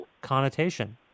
connotation